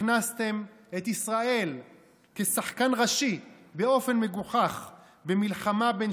הכנסתם את ישראל כשחקן ראשי באופן מגוחך במלחמה בין